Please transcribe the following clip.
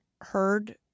heard